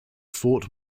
fort